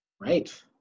Right